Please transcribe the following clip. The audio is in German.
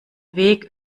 weg